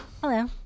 Hello